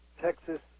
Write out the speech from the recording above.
Texas